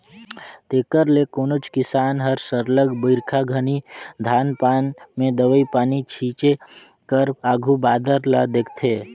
तेकर ले कोनोच किसान हर सरलग बरिखा घनी धान पान में दवई पानी छींचे कर आघु बादर ल देखथे